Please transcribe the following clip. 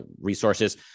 resources